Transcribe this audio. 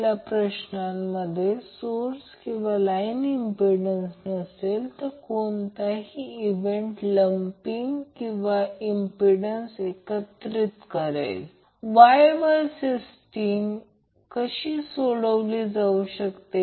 तर Y कनेक्टिव्हिटीसाठी हे Y कनेक्टेडसाठी आहे हे a b c सर्किटमध्ये Y कनेक्टर आहे ज्याला Y कनेक्टेड म्हटले आहे